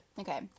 Okay